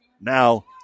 Now